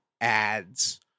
ads